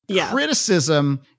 Criticism